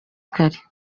kare